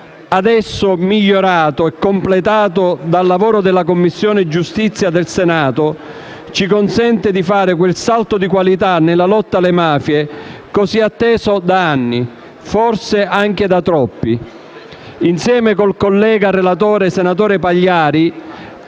adesso, migliorato e completato dal lavoro della Commissione giustizia del Senato, ci consente di fare quel salto di qualità nella lotta alle mafie così atteso da anni, forse anche da troppi. Insieme con il collega relatore, senatore Pagliari,